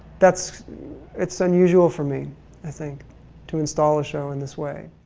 that's it's unusual for me i think to install a show in this way.